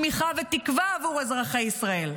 צמיחה ותקווה עבור אזרחי ישראל.